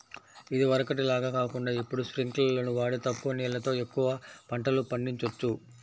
ఇదివరకటి లాగా కాకుండా ఇప్పుడు స్పింకర్లును వాడి తక్కువ నీళ్ళతో ఎక్కువ పంటలు పండిచొచ్చు